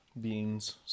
beans